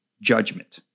judgment